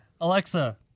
Alexa